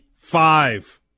Five